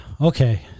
okay